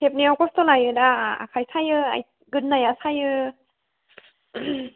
हेबनायाव खस्थ' जायोना आखाय सायो गोदनाया सायो